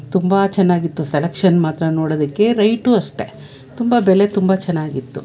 ತುಂಬ ಚೆನ್ನಾಗಿತ್ತು ಸೆಲೆಕ್ಷನ್ ಮಾತ್ರ ನೋಡೋದಕ್ಕೆ ರೈಟು ಅಷ್ಟೇ ತುಂಬ ಬೆಲೆ ತುಂಬ ಚೆನ್ನಾಗಿತ್ತು